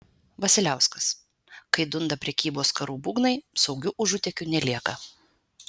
vasiliauskas kai dunda prekybos karų būgnai saugių užutėkių nelieka